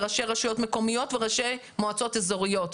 לראשי רשויות מקומיות ולראשי מועצות אזוריות: